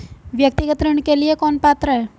व्यक्तिगत ऋण के लिए कौन पात्र है?